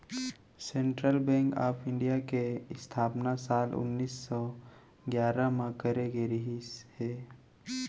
central bank of India के इस्थापना साल उन्नीस सौ गियारह म करे गे रिहिस हे